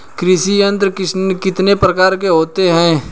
कृषि यंत्र कितने प्रकार के होते हैं?